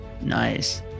nice